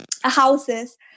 houses